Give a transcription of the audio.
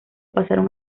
pasaron